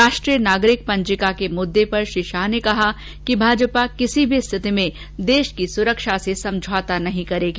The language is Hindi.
राष्ट्रीय नागरिक पंजिका के मुद्दे पर श्री शाहे ने कहा कि भाजपा किसी भी स्थिति में देश की सुरक्षा से समझौता नहीं करेगी